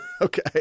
Okay